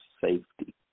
safety